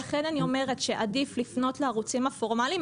לכן אני אומרת שעדיף לפנות לערוצים הפורמליים.